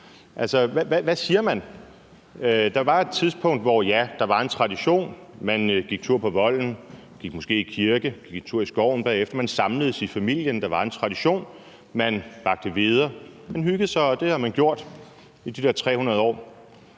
Altså, hvad siger man? Siger man, at der var et tidspunkt, hvor der var en tradition og man gik en tur på volden og måske gik i kirke og gik en tur i skoven bagefter og samledes i familien – der var en tradition – og man bagte hveder og hyggede sig, og det havde man gjort i de der 300 år,